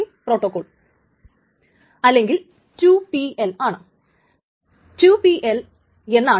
ഓരോ ട്രാൻസാക്ഷനും ഒരു പ്രത്യേക ടൈംസ്റ്റാമ്പ് അത് തുടങ്ങുമ്പോൾ കൊടുക്കുന്നു